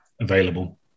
available